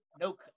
no